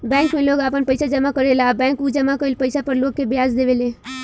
bank में लोग आपन पइसा जामा करेला आ बैंक उ जामा कईल पइसा पर लोग के ब्याज देवे ले